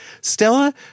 Stella